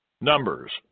Numbers